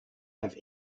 have